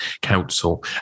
council